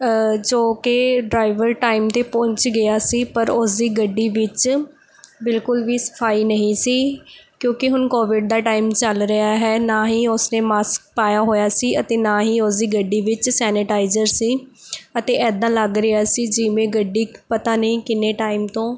ਜੋ ਕਿ driver time 'ਤੇ ਪਹੁੰਚ ਗਿਆ ਸੀ ਪਰ ਉਸਦੀ ਗੱਡੀ ਵਿੱਚ ਬਿਲਕੁਲ ਵੀ ਸਫਾਈ ਨਹੀਂ ਸੀ ਕਿਉਂਕਿ ਹੁਣ ਕੋਵਿਡ ਦਾ ਟਾਈਮ ਚੱਲ ਰਿਹਾ ਹੈ ਨਾ ਹੀ ਉਸਨੇ ਮਾਸਕ ਪਾਇਆ ਹੋਇਆ ਸੀ ਅਤੇ ਨਾ ਹੀ ਉਸਦੀ ਗੱਡੀ ਵਿੱਚ ਸੈਨੇਟਾਈਜ਼ਰ ਸੀ ਅਤੇ ਇੱਦਾਂ ਲੱਗ ਰਿਹਾ ਸੀ ਜਿਵੇਂ ਗੱਡੀ ਪਤਾ ਨਹੀਂ ਕਿੰਨੇ ਟਾਈਮ ਤੋਂ